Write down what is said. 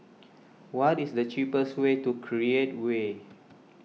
what is the cheapest way to Create Way